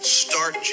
start